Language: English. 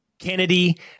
Kennedy